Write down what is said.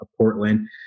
Portland